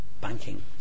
banking